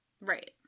Right